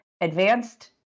advanced